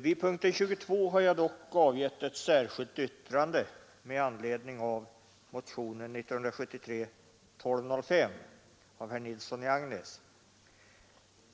Vid punkten 22 har jag dock avgivit ett särskilt yttrande med anledning av motionen 1205 av herr Nilsson i Agnäs.